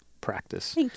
practice